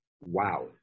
wow